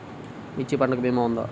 మిర్చి పంటకి భీమా ఉందా?